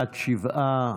בעד, שבעה,